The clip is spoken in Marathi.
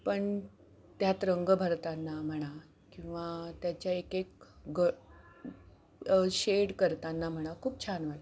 पण त्यात रंग भरताना म्हणा किंवा त्याच्या एक एक ग शेड करताना म्हणा खूप छान वाटतं